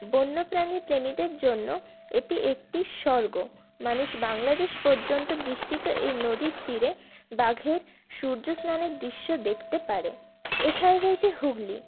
বন্যপ্রাণী প্রেমিদের জন্য এটি একটি স্বর্গ মানুষ বাংলাদেশ পর্যন্ত বিস্তৃত এই নদীর তীরে বাঘের সূর্যস্নানের দৃশ্য দেখতে পারে এছাড়া রয়েছে হুগলী